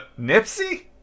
Nipsey